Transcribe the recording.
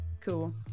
cool